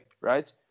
right